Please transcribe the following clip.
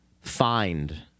find